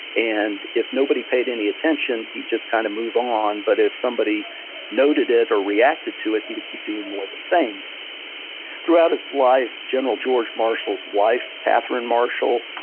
and if nobody paid any attention he'd just kind of move on, but if somebody noted it or reacted to it, he'd keep doing more the same throughout his life, general george marshall's wife, katherine marshall,